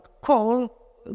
call